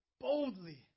boldly